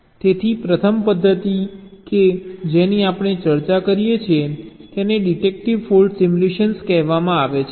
તેથી પ્રથમ પદ્ધતિ કે જેની આપણે ચર્ચા કરીએ છીએ તેને ડિડક્ટિવ ફોલ્ટ સિમ્યુલેશન કહેવામાં આવે છે